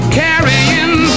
carrying